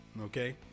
Okay